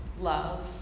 love